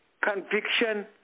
conviction